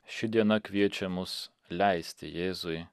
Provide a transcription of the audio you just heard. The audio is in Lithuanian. ši diena kviečia mus leisti jėzui